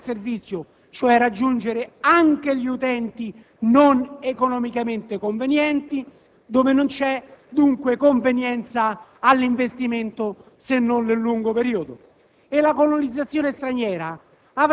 che devono garantire universalità del servizio, cioè raggiungere anche gli utenti non economicamente convenienti, dove non vi è dunque convenienza all'investimento se non nel lungo periodo.